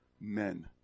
Men